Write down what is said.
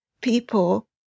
people